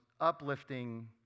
uplifting